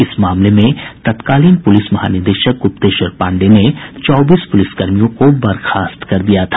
इस मामले में तत्कालीन पुलिस महानिदेशक गुप्तेश्वर पांडेय ने चौबीस पुलिसकर्मियों को बर्खास्त कर दिया था